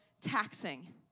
taxing